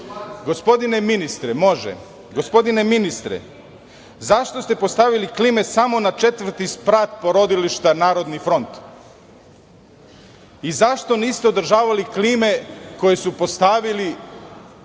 za ministra Lončara. Gospodine ministre, zašto ste postavili klime samo na četvrti sprat porodilišta "Narodni front" i zašto niste održavali klime koje su postavili